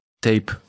Tape